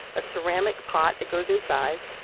a ceramic pot that goes inside,